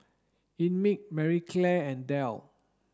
Einmilk Marie Claire and Dell